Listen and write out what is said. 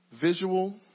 visual